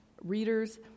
readers